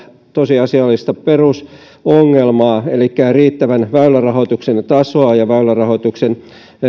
tosiasiallista perusongelmaa elikkä sitä ettei ole riittävää väylärahoituksen tasoa eikä väylärahoituksen